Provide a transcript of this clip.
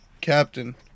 Captain